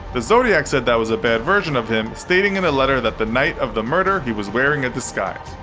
the zodiac said that was a bad version of him, stating in a letter that the night of the murder he was wearing a disguise.